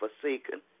forsaken